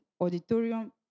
auditorium